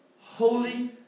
holy